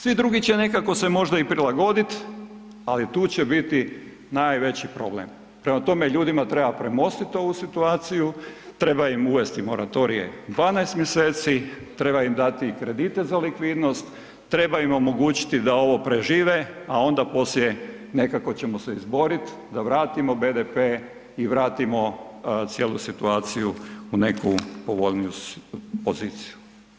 Svi drugi će nekako se možda i prilagodit ali tu će biti najveći problem, prema tome, ljudima treba premostiti ovu situaciju, treba im uvesti moratorije 12 mj., treba im dati kredite za likvidnost, treba im omogućiti da ovo prežive a onda poslije nekako ćemo se izborit da vratimo BDP i vratimo cijelu situaciju u neku povoljniju poziciju.